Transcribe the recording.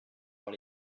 dans